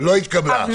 לא אושרה.